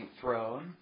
throne